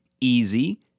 easy